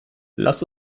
lass